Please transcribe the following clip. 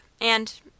and